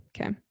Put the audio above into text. okay